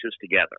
together